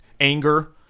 anger